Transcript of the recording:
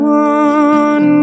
one